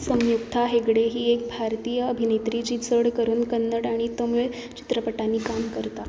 सम्युक्था हेगडे ही एक भारतीय अभिनेत्री जी चड करून कन्नड आनी तमीळ चित्रपटांनी काम करता